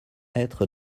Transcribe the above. être